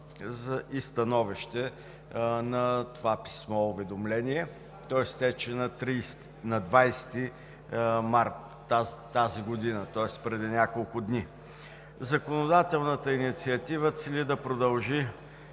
и становище на това писмо-уведомление, което изтече на 20 март тази година, тоест преди няколко дни. Законодателната инициатива цели да продължи